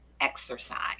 exercise